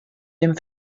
dem